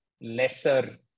lesser